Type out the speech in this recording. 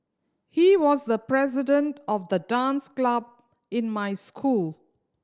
he was the president of the dance club in my school